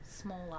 smaller